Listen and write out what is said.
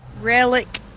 Relic